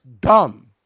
dumb